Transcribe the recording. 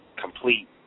complete